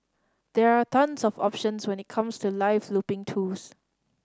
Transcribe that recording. there are tons of options when it comes to live looping tools